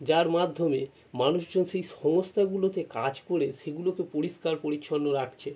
যার মাধ্যমে মানুষজন সেই সংস্থাগুলোতে কাজ করে সেগুলোকে পরিষ্কার পরিচ্ছন্ন রাখছে